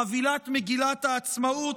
חבילת מגילת העצמאות,